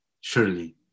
surely